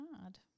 hard